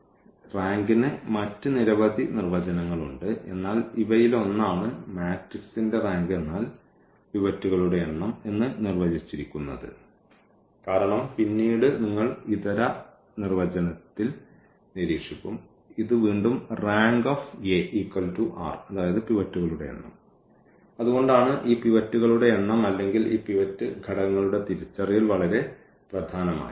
ഈ റാങ്കിന് മറ്റ് നിരവധി നിർവ്വചനങ്ങൾ ഉണ്ട് എന്നാൽ ഇവയിലൊന്നാണ് മാട്രിക്സിന്റെ റാങ്ക് എന്നാൽ പിവറ്റുകളുടെ എണ്ണം എന്ന് നിർവചിച്ചിരിക്കുന്നത് കാരണം പിന്നീട് നിങ്ങൾ ഇതര നിർവ്വചനത്തിൽ നിരീക്ഷിക്കും ഇത് വീണ്ടും റാങ്ക് r പിവറ്റുകളുടെ എണ്ണം അതുകൊണ്ടാണ് ഈ പിവറ്റുകളുടെ എണ്ണം അല്ലെങ്കിൽ ഈ പിവറ്റ് ഘടകങ്ങളുടെ തിരിച്ചറിയൽ വളരെ പ്രധാനമായത്